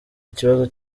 ikibazo